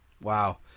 Wow